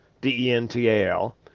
D-E-N-T-A-L